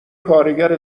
کارگر